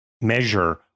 measure